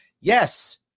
Yes